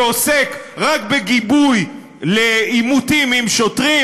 ועוסק רק בגיבוי לעימותים עם שוטרים,